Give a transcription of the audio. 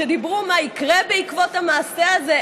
שדיברו על מה יקרה בעקבות המעשה הזה,